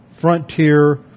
frontier